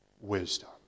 wisdom